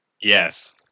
yes